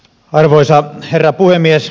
arvoisa herra puhemies